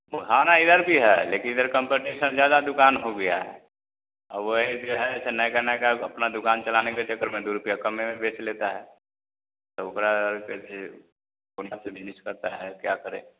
इधर भी है लेकिन इधर कम्पटिशन ज़्यादा दुकान हो गया है वही जो है ऐसे नैका नैका अपना दुकान चलाने के चक्कर में दो रुपिया कम ही में बेच लेता है तो ओकरा करता है क्या करें